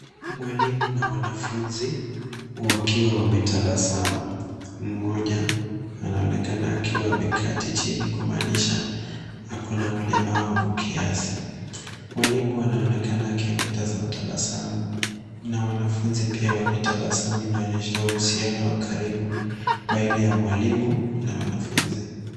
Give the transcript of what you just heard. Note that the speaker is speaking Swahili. Mwalimu na wanafunzi wakiwa wametabasamu. Mmoja anaonekana akiwa ameketi chini kumaanisha ako na ulemavu kiasi. Mwalimu anaonekana akiwa ametabasamu na wanafunzi wametabasamu inaonyesha uhusiano wa karibu baina ya mwalimu na wanafunzi.